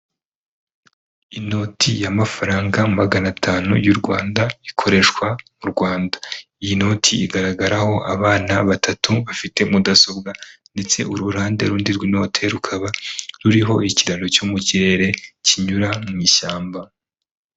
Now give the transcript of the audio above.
Inoti y'amafaranga magana atanu y'u Rwanda ikoreshwa mu Rwanda, iyi noti igaragaraho abana batatu bafite mudasobwa ndetse uruhande rundi rw'inote, rukaba ruriho ikiraro cyo mu kirere kinyura mu ishyamba.